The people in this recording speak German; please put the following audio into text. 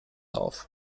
auf